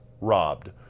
robbed